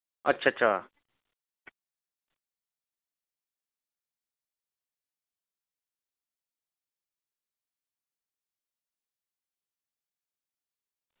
अच्छा अच्छा